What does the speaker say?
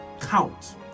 count